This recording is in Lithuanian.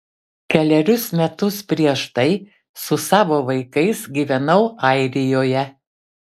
kelerius metus prieš tai su savo vaikais gyvenau airijoje